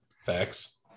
Facts